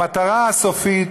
המטרה הסופית